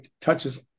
touches